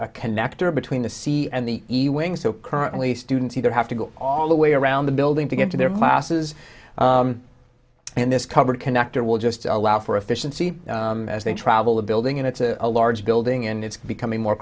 a connector between the sea and the wings so currently students either have to go all the way around the building to get to their classes and this covered connector will just allow for efficiency as they travel the building and it's a large building and it's becoming more